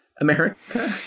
America